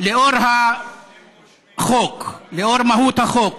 לאור מהות החוק,